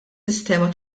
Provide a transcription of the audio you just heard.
sistema